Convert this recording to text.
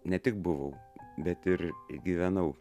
ne tik buvau bet ir gyvenau